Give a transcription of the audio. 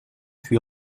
fut